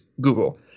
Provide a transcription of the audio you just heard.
Google